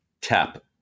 tap